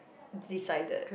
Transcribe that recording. decided